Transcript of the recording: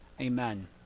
Amen